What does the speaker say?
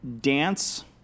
dance